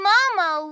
Momo